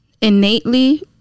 innately